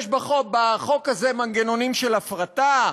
יש בחוק הזה מנגנונים של הפרטה,